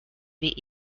wie